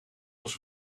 ons